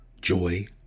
Joy